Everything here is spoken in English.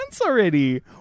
already